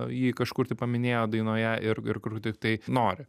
jį kažkur tai paminėjo dainoje ir ir kur tiktai nori